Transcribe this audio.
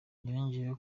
yongeyeho